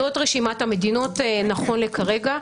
זאת רשימת המדינות נכון לכרגע.